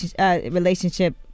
relationship